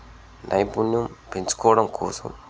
నైపుణ్యం పెంచుకోవడం కోసం